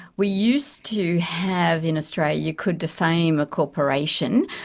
we used to have in australia, you could defame a corporation.